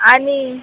आणि